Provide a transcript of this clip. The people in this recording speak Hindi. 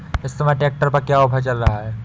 इस समय ट्रैक्टर पर क्या ऑफर चल रहा है?